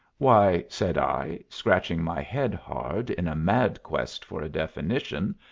why, said i, scratching my head hard in a mad quest for a definition,